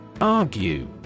Argue